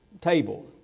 table